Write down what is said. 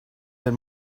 elle